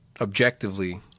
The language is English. objectively